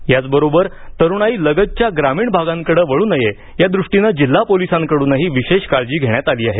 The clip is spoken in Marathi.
याचबरोबर तरुणाई लगतच्या ग्रामीण भागाकडं वाळू नये या द्रष्टीनं जिल्हा पोलिसांकडूनही विशेष काळजी घेण्यात आली आहे